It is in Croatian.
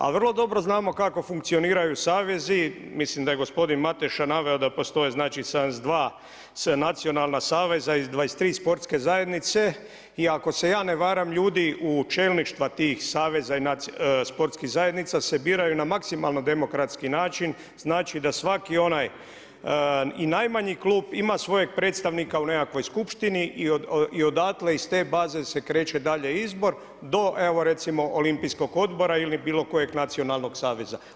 A vrlo dobro znamo kako funkcioniraju savezi, mislim da je gospodin Mateša naveo da postoje 72 nacionalna saveza iz 23 sportske zajednice i ako se ja ne varam, ljudi u čelništva tih saveza i sportskih zajednica se biraju na maksimalno demokratski način, znači da svaki onaj i najmanji klub ima svojeg predstavnika u nekakvoj skupštini i odatle iz te baze se kreće dalje izbor do evo recimo Olimpijskog odbora ili bilokojeg nacionalnog saveza.